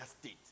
state